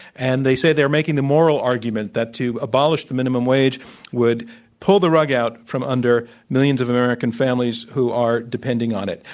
and they say they are making the moral argument, that to abolish the minimum wage would pull the rug out from under millions of american families who are depending on it.